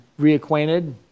reacquainted